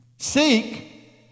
Seek